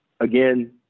again